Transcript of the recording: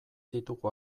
ditugu